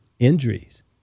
injuries